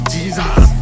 Jesus